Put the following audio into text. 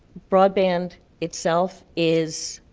broadband itself is,